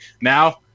now